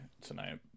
tonight